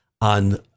on